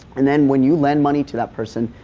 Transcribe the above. and then when you lend money to that person,